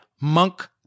Monk